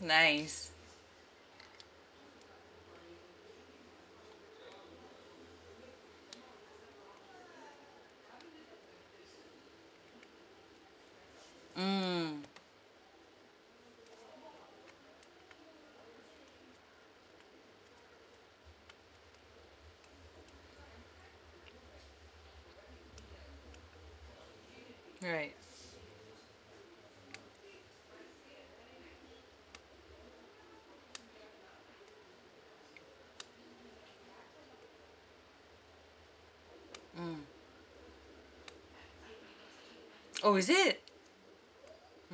nice mm right mm oh is it